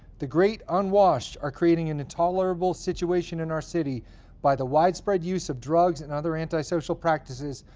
the great unwashed are creating an intolerable situation in our city by the widespread use of drugs and other anti-social practices,